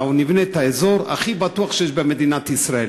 או את האזור הכי בטוח שיש במדינת ישראל.